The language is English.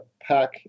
pack